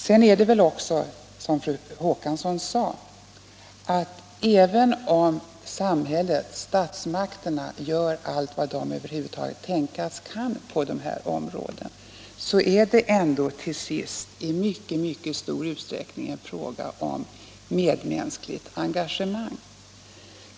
Det är nog också så — som fru Håkansson sade — att även om samhället och statsmakterna gör allt vad som över huvud taget tänkas kan på dessa områden, är det till sist i mycket stor utsträckning en fråga om medmänskligt engagemang.